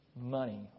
money